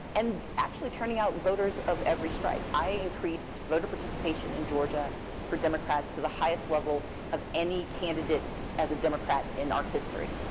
and actually turning out voters of every stripe. i increased voter participation in georgia for democrats to the highest level of any candidate as a democrat in our history.